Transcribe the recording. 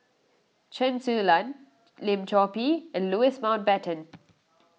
Chen Su Lan Lim Chor Pee and Louis Mountbatten